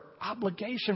obligation